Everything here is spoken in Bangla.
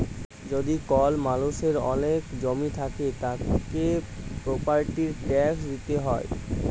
যদি কল মালুষের ওলেক জমি থাক্যে, তাকে প্রপার্টির ট্যাক্স দিতে হ্যয়